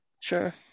Sure